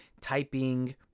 typing